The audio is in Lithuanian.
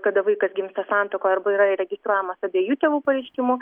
kada vaikas gimsta santuokoj arba yra įregistruojamas abiejų tėvų pareiškimu